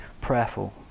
prayerful